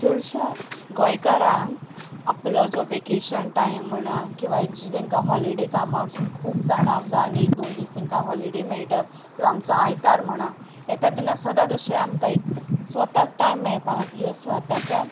चडश्या गोंयकारांक आपलो जो वेकेशन टायम म्हणा किंवां एक दीस तांकां हॉलिडे कामारसून खूब तणाव जावन एक दोन दीस तांकां हॉलिडे मेळटा किंवां आमचो आयतार म्हणा येता तेन्ना सदांच अशें आमकां एक स्वताक टायम मेळपा खातीर स्वताच्या